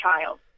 child